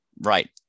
right